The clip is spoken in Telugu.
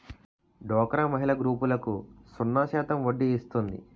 డోక్రా మహిళల గ్రూపులకు సున్నా శాతం వడ్డీ ఇస్తుంది